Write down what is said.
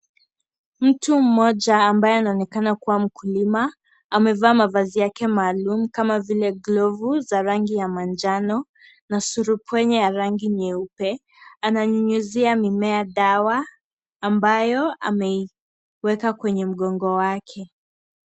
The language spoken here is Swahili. Mtu mmoja ambaye anaonekana kuwa mkulima amevaa mavazi yake maalum kama vile glovu za rangi ya manjano na surubwenye ya rangi nyeupe na ananyunyuzia mimea dawa ambayo ameweka Kwenye mkongo wake.